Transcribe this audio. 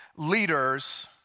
Leaders